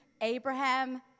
Abraham